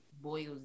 boils